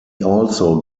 also